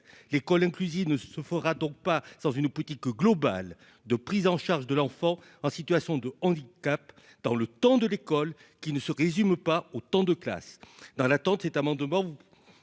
l'école inclusive ne se fera donc pas sans une politique globale de prise en charge de l'enfant en situation de handicap dans le temps de l'école qui ne se résume pas autant de classe,